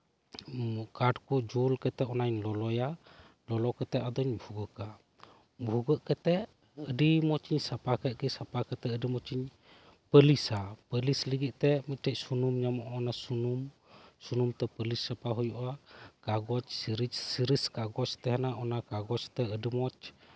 ᱠᱟᱴᱷ ᱠᱚ ᱡᱩᱞ ᱠᱟᱛᱮᱫ ᱚᱱᱟᱧ ᱞᱚᱞᱚᱭᱟ ᱞᱚᱞᱚ ᱠᱟᱛᱮᱫ ᱟᱫᱚᱧ ᱵᱷᱩᱜᱟᱹᱜᱟ ᱵᱷᱩᱜᱟᱹᱜ ᱠᱟᱛᱮᱫ ᱟᱹᱰᱤ ᱢᱚᱸᱡᱽ ᱤᱧ ᱥᱟᱯᱷᱟ ᱠᱮᱫᱼᱜᱮ ᱥᱟᱯᱷᱟ ᱠᱟᱛᱮᱫ ᱟᱹᱰᱤ ᱢᱚᱸᱡᱽ ᱤᱧ ᱯᱟᱹᱞᱤᱥᱟ ᱯᱟᱹᱞᱤᱥ ᱞᱟᱹᱜᱤᱫ ᱛᱮ ᱢᱤᱫᱴᱮᱱ ᱥᱩᱱᱩᱢ ᱧᱟᱢᱚᱜᱼᱟ ᱚᱱᱟ ᱥᱩᱱᱩᱢ ᱥᱩᱱᱩᱢ ᱛᱮ ᱯᱟᱹᱞᱤᱥ ᱥᱟᱯᱷᱟ ᱦᱩᱭᱩᱜᱼᱟ ᱠᱟᱜᱚᱡᱽ ᱥᱤᱨᱤᱡ ᱠᱟᱜᱚᱡ ᱛᱟᱦᱮᱱᱟ ᱚᱱᱟ ᱠᱟᱜᱚᱡ ᱛᱮ ᱟᱹᱰᱤ ᱢᱚᱸᱡᱽ